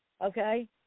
okay